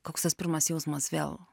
koks tas pirmas jausmas vėl